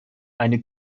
eine